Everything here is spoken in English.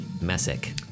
Messick